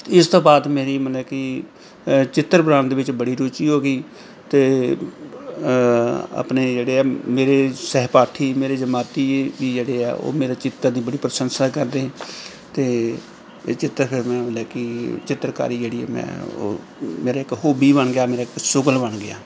ਇਸ ਤੋਂ ਬਾਅਦ ਮੇਰੀ ਮਤਲਬ ਕਿ ਚਿੱਤਰ ਬਣਾਉਣ ਦੇ ਵਿੱਚ ਬੜੀ ਰੁਚੀ ਹੋ ਗਈ ਅਤੇ ਆਪਣੇ ਜਿਹੜੇ ਹੈ ਮੇਰੇ ਸਹਿਪਾਠੀ ਮੇਰੇ ਜਮਾਤੀ ਵੀ ਜਿਹੜੇ ਆ ਉਹ ਮੇਰੇ ਚਿੱਤਰ ਦੀ ਬੜੀ ਪ੍ਰਸ਼ੰਸਾ ਕਰਦੇ ਅਤੇ ਇਹ ਚਿੱਤਰ ਫਿਰ ਮੈਂ ਮਤਲਬ ਕਿ ਚਿੱਤਰਕਾਰੀ ਜਿਹੜੀ ਮੈਂ ਉਹ ਮੇਰਾ ਇੱਕ ਹੋਬੀ ਬਣ ਗਿਆ ਮੇਰੇ ਇਕ ਸ਼ੁਗਲ ਬਣ ਗਿਆ